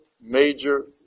major